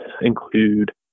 include